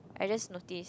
I just notice